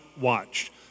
watch